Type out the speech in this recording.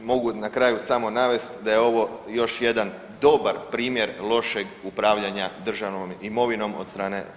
Mogu na kraju samo navest da je ovo još jedan dobar primjer lošeg upravljanja državnom imovinom od strane